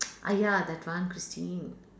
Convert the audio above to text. !aiya! that one Christine